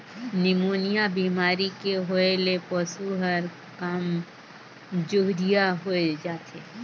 pneumonia बेमारी के होय ले पसु हर कामजोरिहा होय जाथे